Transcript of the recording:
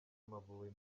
amavubi